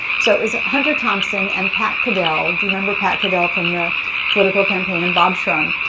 so it was hunter thompson and pat caddell. do you remember pat caddell from the political campaign? and bob shrum.